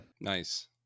nice